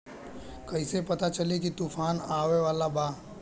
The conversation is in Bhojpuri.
कइसे पता चली की तूफान आवा वाला बा?